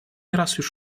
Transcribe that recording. nieraz